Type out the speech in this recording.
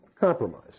compromise